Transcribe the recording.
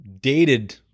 dated